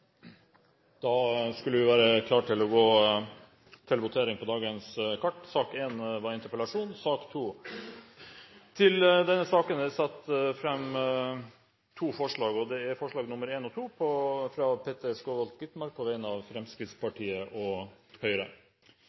Da er sak nr. 4 ferdigbehandlet. Vi er da klare til å gå til votering. Under debatten er det satt fram to forslag. Det er forslagene nr. 1 og 2, fra Peter Skovholt Gitmark på vegne av Fremskrittspartiet og Høyre.